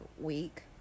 week